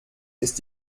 ist